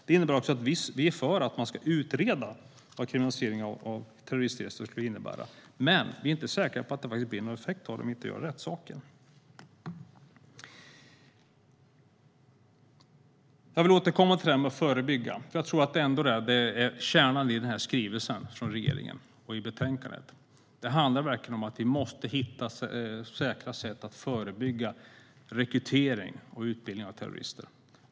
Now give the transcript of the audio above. Vi är för att man ska utreda vad en kriminalisering av terroristresor skulle innebära. Men vi är inte säkra på att det blir någon effekt om man inte gör rätt saker. Jag vill återkomma till detta med att förebygga. Det är ändå kärnan i skrivelsen från regeringen och i betänkandet. Det handlar verkligen om att man måste hitta säkra sätt att förebygga rekrytering och utbildning av terrorister.